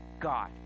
God